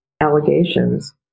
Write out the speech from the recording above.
allegations